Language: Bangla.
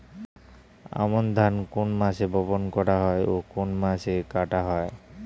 আমন ধান কোন মাসে বপন করা হয় ও কোন মাসে কাটা হয়?